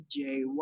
jy